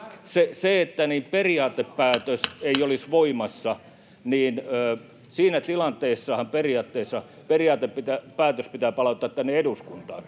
koputtaa] ei olisi voimassa, periaatteessa periaatepäätös pitää palauttaa tänne eduskuntaan,